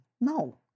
No